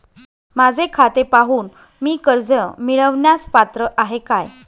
माझे खाते पाहून मी कर्ज मिळवण्यास पात्र आहे काय?